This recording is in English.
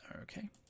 Okay